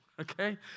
okay